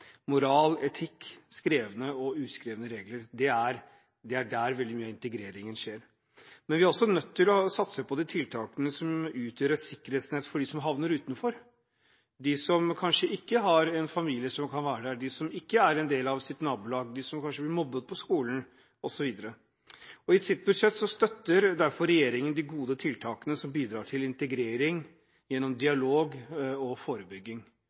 moral, etikk, skrevne og uskrevne regler. Det er der veldig mye av integreringen skjer. Men vi er også nødt til å satse på de tiltakene som utgjør et sikkerhetsnett for dem som faller utenfor, de som kanskje ikke har en familie som kan være der, de som ikke er en del av sitt nabolag, de som kanskje blir mobbet på skolen osv. I sitt budsjett støtter derfor regjeringen de gode tiltakene som bidrar til integrering gjennom dialog og forebygging.